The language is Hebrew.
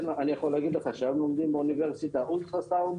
אני יכול להגיד לך שהיום לומדים באוניברסיטה אולטרסאונד,